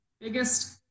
biggest